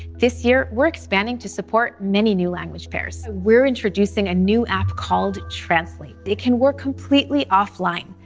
this year we're expanding to support many new language pairs. we're introducing a new app called translate it can work completely offline,